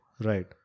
Right